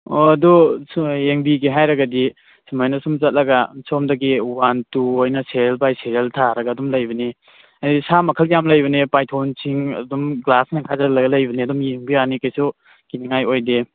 ꯑꯣ ꯑꯗꯨ ꯌꯦꯡꯕꯤꯒꯦ ꯍꯥꯏꯔꯒꯗꯤ ꯁꯨꯃꯥꯏꯅ ꯁꯨꯝ ꯆꯠꯂꯒ ꯁꯣꯝꯗꯒꯤ ꯋꯥꯟ ꯇꯨ ꯍꯥꯏꯅ ꯁꯦꯔꯤꯌꯦꯜ ꯕꯥꯏ ꯁꯦꯔꯤꯌꯦꯜ ꯊꯥꯔꯒ ꯑꯗꯨꯝ ꯂꯩꯕꯅꯤ ꯍꯥꯏꯗꯤ ꯁꯥ ꯃꯈꯜ ꯌꯥꯝ ꯂꯩꯕꯅꯦ ꯄꯏꯊꯣꯟꯁꯤꯡ ꯑꯗꯨꯝ ꯒ꯭ꯂꯥꯁꯅ ꯈꯥꯖꯤꯜꯂꯒ ꯂꯩꯕꯅꯤ ꯑꯗꯨꯝ ꯌꯦꯡꯕ ꯌꯥꯅꯤ ꯀꯩꯁꯨ ꯀꯤꯅꯤꯡꯉꯥꯏ ꯑꯣꯏꯗꯦ